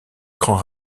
grand